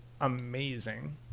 amazing